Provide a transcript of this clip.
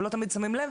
אבל לא תמיד שמים לב,